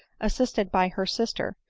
assisted by her sister,